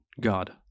God